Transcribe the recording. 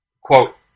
Quote